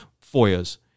foyers